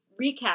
recap